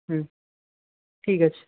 হুম ঠিক আছে